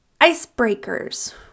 icebreakers